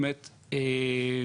באיזה היקף?